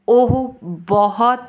ਉਹ ਬਹੁਤ